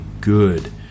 good